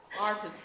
artist